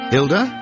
Hilda